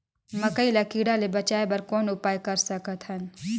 मकई ल कीड़ा ले बचाय बर कौन उपाय कर सकत हन?